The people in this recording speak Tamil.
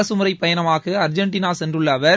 அரசுமுறைப் பயணமாக அர்ஜெண்டினா சென்றுள்ள அவர்